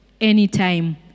anytime